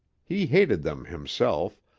he hated them himself,